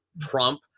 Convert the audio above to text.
Trump